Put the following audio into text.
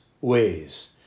ways